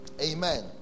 Amen